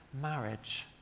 marriage